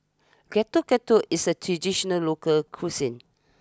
Getuk Getuk is a traditional local cuisine